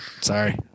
sorry